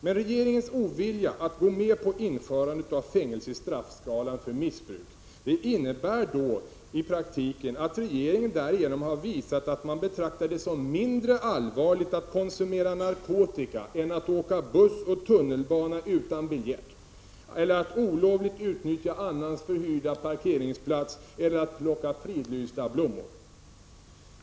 Men regeringens ovilja att gå med på införande av fängelse i straffskalan innebär i praktiken att regeringen har visat att man betraktar det som mindre allvarligt att konsumera narkotika än att åka buss och tunnelbana utan biljett, eller att olovligt utnyttja annans förhyrda parkeringsplats, eller att plocka fridlysta blommor.